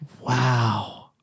Wow